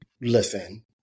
listen